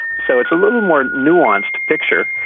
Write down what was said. so it's a little more nuanced picture.